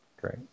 Great